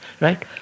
Right